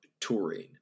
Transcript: touring